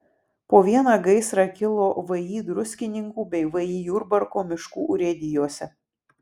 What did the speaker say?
po vieną gaisrą kilo vį druskininkų bei vį jurbarko miškų urėdijose